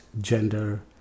gender